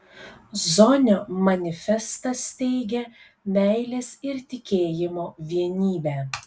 zonio manifestas teigia meilės ir tikėjimo vienybę